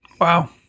wow